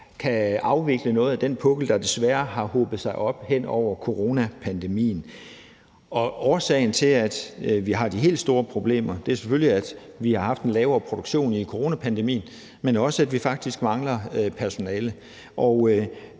kan afvikle noget af den pukkel, der desværre har hobet sig op hen over coronapandemien. Og årsagen til, at vi har de helt store problemer, er selvfølgelig, at vi haft en lavere produktion i coronapandemien, men også, at vi faktisk mangler personale,